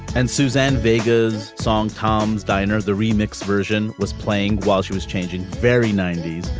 and suzanne vega's songs tom's diner the remixed version was playing while she was changing very ninety s.